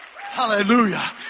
hallelujah